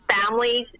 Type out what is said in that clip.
families